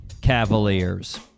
Cavaliers